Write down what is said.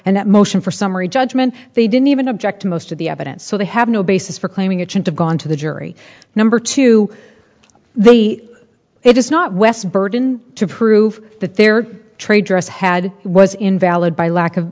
and motion for summary judgment they didn't even object to most of the evidence so they have no basis for claiming it should have gone to the jury number two they it is not west burden to prove that their trade dress had was invalid by lack